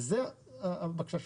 וזוהי הבקשה שלנו.